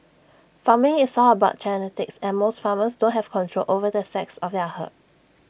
farming is all about genetics and most farmers don't have control over the sex of their herd